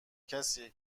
کسیه